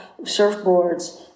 surfboards